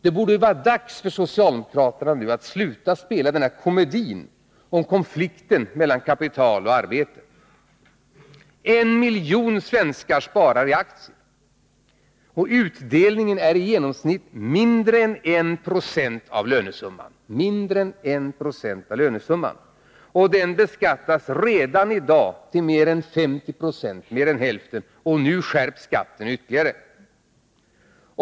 Det borde nu vara dags för socialdemokraterna att sluta spela denna komedi om konflikten mellan kapital och arbete. En miljon svenskar sparar i aktier. Utdelningen är i genomsnitt mindre än 1 926 av lönesumman. Den beskattas redan i dag till mer än 50 26, och nu skärps skatten ytterligare.